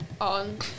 on